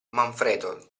manfredo